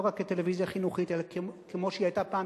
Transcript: לא רק כטלוויזיה חינוכית אלא כמו שהיא היתה פעם,